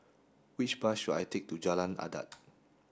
which bus should I take to Jalan Adat